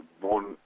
born